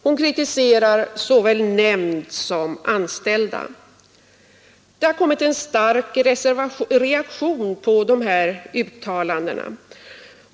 Hon kritiserar såväl nämnd som anställda. Det har kommit en stark reaktion på de här yttrandena.